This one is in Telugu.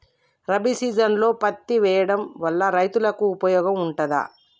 రబీ సీజన్లో పత్తి వేయడం వల్ల రైతులకు ఉపయోగం ఉంటదా?